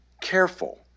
careful